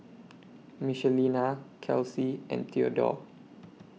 Michelina Kelsey and Theodore